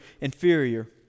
inferior